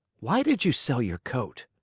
why did you sell your coat?